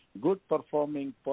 good-performing